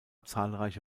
zahlreiche